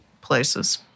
places